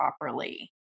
properly